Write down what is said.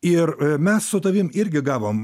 ir mes su tavim irgi gavom